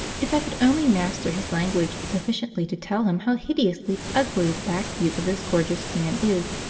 if i could only master his language sufficiently to tell him how hideously ugly the back view of this gorgeous fan is,